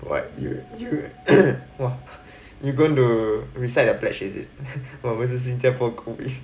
what you !wah! you going to reset your pledge is it what 新加坡公民